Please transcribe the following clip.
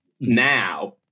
now